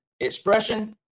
Expression